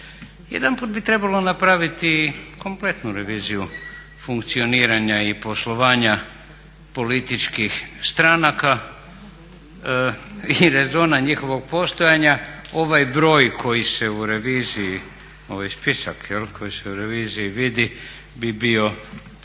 Jedanput bi trebalo napraviti kompletnu reviziju funkcioniranja i poslovanja političkih stranaka i rezona njihovog postojanja. Ovaj broj koji se u reviziji, ovaj